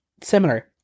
similar